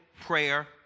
prayer